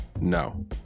No